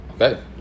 Okay